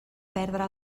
perdre